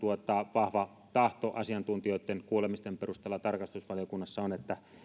vahva tahto asiantuntijoitten kuulemisten perusteella tarkastusvaliokunnassa on että